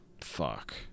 fuck